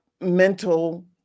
mental